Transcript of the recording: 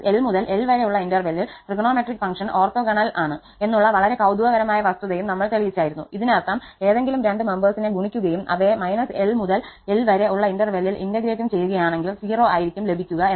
−𝑙 മുതൽ 𝑙 വരെ ഉള്ള ഇന്റെർവലിൽ ട്രിഗണോമെട്രിക് ഫങ്ക്ഷന് ഓർത്തോഗോണൽ ആണ് എന്നുള്ള വളരെ കൌതുകകരമായ വസ്തുതയും നമ്മൾ തെളിയിച്ചായിരുന്നു ഇതിനർത്ഥം ഏതെങ്കിലും രണ്ടു മെംബേർസിനെ ഗുണിക്കുകയും അവയെ −𝑙 മുതൽ 𝑙 വരെ ഉള്ള ഇന്റെർവെല്ലിൽ ഇന്റെഗ്രേറ്റും ചെയ്യുകയാണെങ്കിൽ 0 ആയിരിക്കും ലഭിക്കുക എന്നാണ്